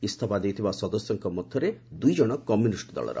ଇଞ୍ଜଫା ଦେଇଥିବା ସଦସ୍ୟଙ୍କ ମଧ୍ୟରେ ଦୁଇଜଣ କମ୍ୟୁନିଷ୍ଟ ଦଳର